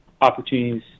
opportunities